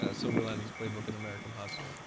ah silver linings playbook and american hustle.